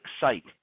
site